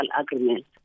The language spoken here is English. agreement